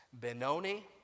Benoni